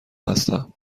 هستم